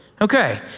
Okay